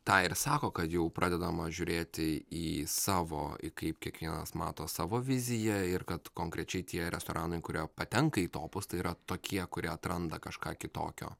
tą ir sako kad jau pradedama žiūrėti į savo kaip kiekvienas mato savo viziją ir kad konkrečiai tie restoranai kurie patenka į topus tai yra tokie kurie atranda kažką kitokio